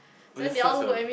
oh that's such a